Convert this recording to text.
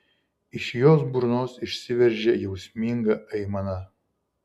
iš jos burnos išsiveržė jausminga aimana